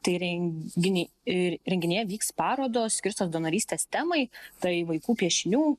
tai renginiai ir renginyje vyks parodos skirtos donorystės temai tai vaikų piešinių